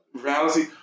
Reality